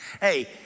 hey